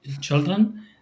children